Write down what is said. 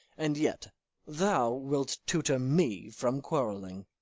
and yet thou wilt tutor me from quarrelling!